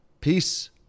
Peace